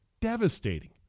devastating